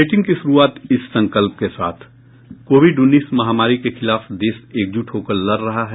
bulletin की शुरूआत इस संकल्प के साथ कोविड उन्नीस महामारी के खिलाफ देश एकजुट होकर लड़ रहा है